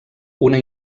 una